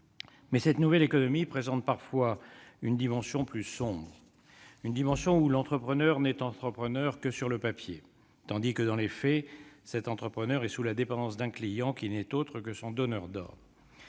cette nouvelle économie présente parfois une dimension plus sombre, une dimension où l'entrepreneur n'est entrepreneur que sur le papier, tandis que, dans les faits, il est sous la dépendance d'un client qui n'est autre que son donneur d'ordre.